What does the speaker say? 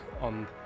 on